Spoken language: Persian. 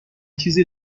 چیزی